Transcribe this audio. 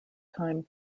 time